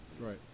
Right